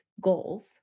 goals